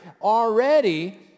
already